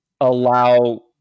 allow